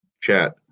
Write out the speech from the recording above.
chat